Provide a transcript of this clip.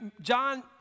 John